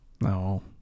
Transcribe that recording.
No